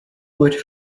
would